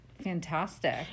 fantastic